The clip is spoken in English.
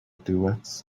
duets